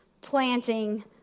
planting